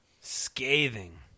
Scathing